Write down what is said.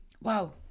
Wow